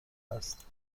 است